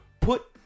put